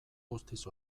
guztiz